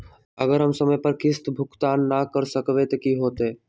अगर हम समय पर किस्त भुकतान न कर सकवै त की होतै?